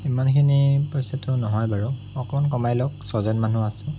ইমানখিনি পইচাটো নহয় বাৰু অকণ কমাই লওক ছয়জন মানুহ আছোঁ